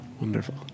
Wonderful